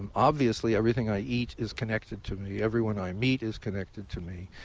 and obviously everything i eat is connected to me. everyone i meet is connected to me.